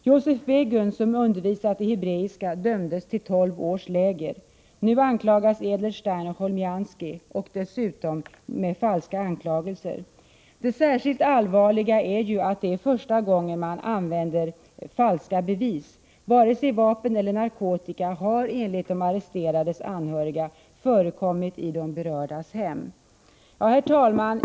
Josef Begun, som har undervisat i hebreiska, dömdes till tolv års läger. Nu anklagas Edelstein och Cholmianskij, dessutom med falska anklagelser. Det särskilt allvarliga är att det är första gången man använder falska bevis. Vare sig vapen eller narkotika har enligt de arresterades anhöriga förekommit i de berördas hem. Herr talman!